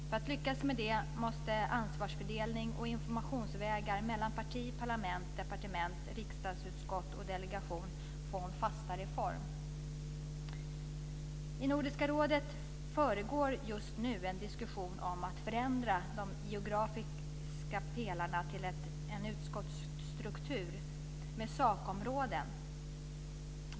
För att lyckas med det måste ansvarsfördelning och informationsvägar mellan parti, parlament, departement, riksdagsutskott och delegation få en fastare form. I Nordiska rådet pågår just nu en diskussion om att förändra de geografiska pelarna till en utskottsstruktur med sakområden.